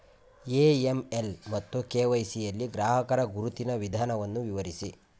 AML ಮತ್ತು KYC ಯಲ್ಲಿ ಗ್ರಾಹಕರ ಗುರುತಿನ ವಿಧಾನವನ್ನು ವಿವರಿಸಿ?